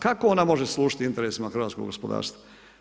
Kako ona može služiti interesima hrvatskog gospodarstva?